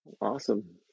Awesome